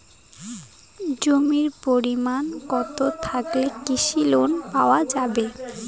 জমির পরিমাণ কতো থাকলে কৃষি লোন পাওয়া যাবে?